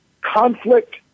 conflict